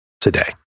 today